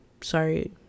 sorry